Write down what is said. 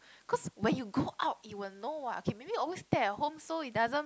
cause when you go out you will know what okay maybe you always stay at home so it doesn't